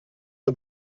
nos